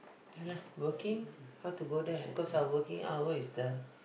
ya lah working how to go there cause our working hour is the